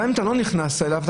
גם אם לא נכנסת אליו,